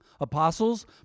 Apostles